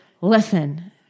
Listen